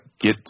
get